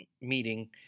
meeting